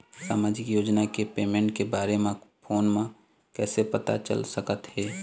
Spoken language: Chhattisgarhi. सामाजिक योजना के पेमेंट के बारे म फ़ोन म कइसे पता चल सकत हे?